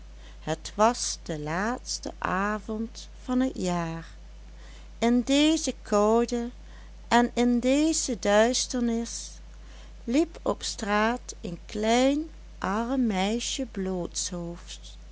het was de laatste avond van het jaar in deze koude en in deze duisternis liep op straat een klein arm meisje